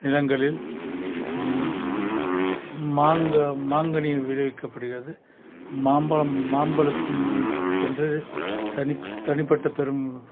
நிலங்களில் மாங்காய் மாங்கனிகள் விலை விற்கப்படுகிறது மாம்பழம் மாம்பழத்துக்கென்று தனி தனிப்பட்ட பெரும்